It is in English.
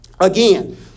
again